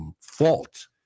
fault